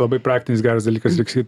labai praktinis geras dalykas